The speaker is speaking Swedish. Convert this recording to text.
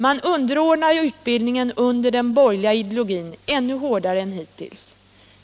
Man underordnar utbildningen under den borgerliga ideologin ännu hårdare än hittills.